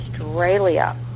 Australia